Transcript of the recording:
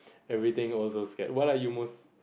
everything also scare what are you most